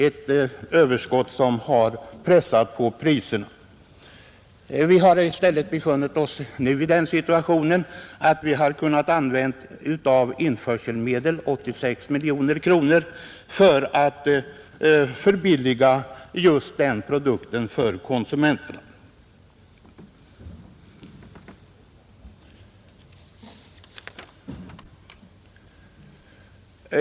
Det hittillsvarande överskottet har naturligtvis pressat priset, I stället har vi kunnat använda 86 miljoner kronor av införselmedel till att förbilliga just denna produkt för konsumenten.